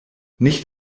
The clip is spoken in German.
nicht